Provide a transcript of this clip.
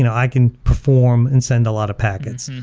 you know i can perform and send a lot of packets.